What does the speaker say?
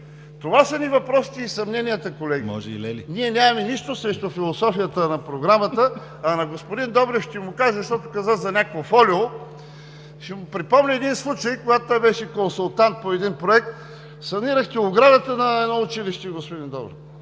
Това са ни въпросите и съмненията, колеги. Ние нямаме нищо срещу философията на Програмата. На господин Добрев ще кажа, защото каза за някакво фолио, ще му припомня един случай, когато той беше консултант по един проект – санирахте оградата на едно училище, господин Добрев.